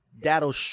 that'll